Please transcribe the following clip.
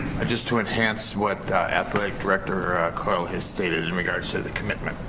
just to enhance what athletic director coyle has stated, in regards to the commitment,